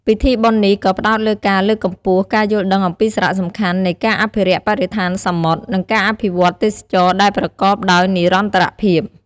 ពិធីបុណ្យនេះក៏ផ្តោតលើការលើកកម្ពស់ការយល់ដឹងអំពីសារៈសំខាន់នៃការអភិរក្សបរិស្ថានសមុទ្រ និងការអភិវឌ្ឍន៍ទេសចរណ៍ដែលប្រកបដោយនិរន្តរភាព។